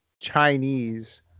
Chinese